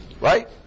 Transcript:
Right